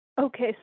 Okay